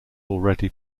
already